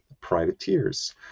privateers